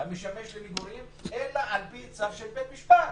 המשמש למגורים אלא על פי צו של בית משפט.